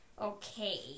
okay